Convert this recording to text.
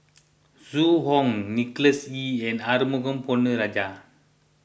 Zhu Hong Nicholas Ee and Arumugam Ponnu Rajah